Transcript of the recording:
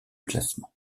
classement